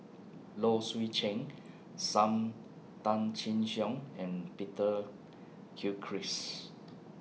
Low Swee Chen SAM Tan Chin Siong and Peter Gilchrist